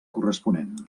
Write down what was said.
corresponent